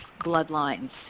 bloodlines